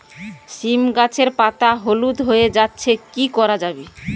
সীম গাছের পাতা হলুদ হয়ে যাচ্ছে কি করা যাবে?